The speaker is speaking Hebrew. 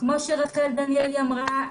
כמו שרחל דניאלי אמרה,